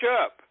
up